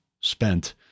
spent